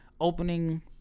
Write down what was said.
opening